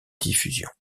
diffusion